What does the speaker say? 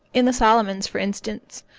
in the solomons, for instance,